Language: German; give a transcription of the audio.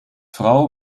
frau